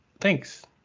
thanks